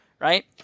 right